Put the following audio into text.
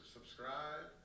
Subscribe